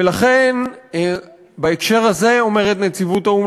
ולכן בהקשר הזה אומרת נציבות האו"ם